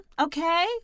okay